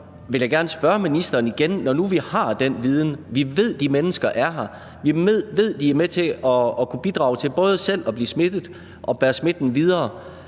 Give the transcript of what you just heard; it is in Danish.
jeg gerne spørge ministeren igen: Når nu vi har den viden – vi ved, at de mennesker er her, og vi ved, at de er med til at kunne bidrage til både selv at blive smittet og bære smitten videre